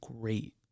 great